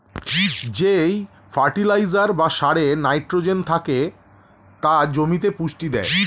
যেই ফার্টিলাইজার বা সারে নাইট্রোজেন থেকে তা জমিতে পুষ্টি দেয়